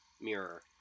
mirror